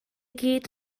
gyd